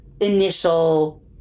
initial